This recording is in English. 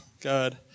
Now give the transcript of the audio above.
God